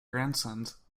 grandsons